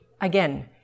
again